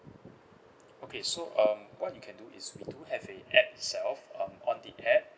okay so um what you can do is we do have a app itself um on the app